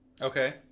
Okay